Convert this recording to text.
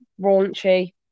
raunchy